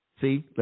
See